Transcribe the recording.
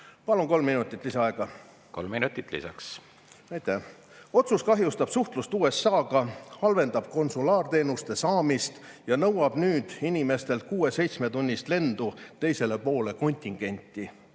Palun kolm minutit lisaaega. Kolm minutit lisaks. Aitäh! Otsus kahjustab suhtlust USA-ga, halvendab konsulaarteenuste saamist ja nõuab nüüd inimestelt 6–7‑tunnist lendu teisele poole kontinenti.